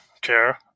Care